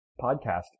podcast